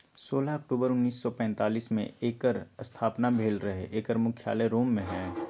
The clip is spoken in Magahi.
सोलह अक्टूबर उनइस सौ पैतालीस में एकर स्थापना भेल रहै एकर मुख्यालय रोम में हइ